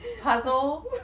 Puzzle